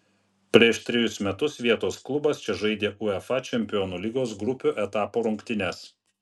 prieš trejus metus vietos klubas čia žaidė uefa čempionų lygos grupių etapo rungtynes